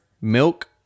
milk